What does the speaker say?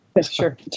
Sure